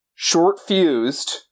short-fused